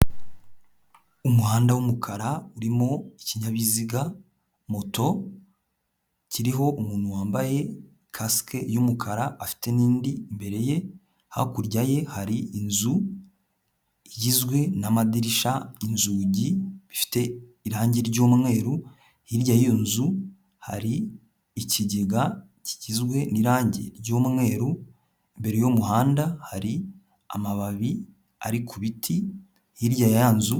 Umuhanda w'umukara urimo ikinyabiziga moto, kiriho umuntu wambaye kasike y'umukara afite n'indi mbere ye' hakurya ye hari inzu igizwe n'amadirisha n inzugi, bifite irangi ry'umweru, hirya y'iyo nzu hari ikigega kigizwe n'irangi ry'umweru, imbere y'uwo muhanda hari amababi ari ku biti hirya ya ya nzu.